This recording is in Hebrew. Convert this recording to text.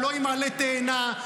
לא עם עלה תאנה,